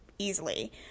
easily